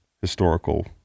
historical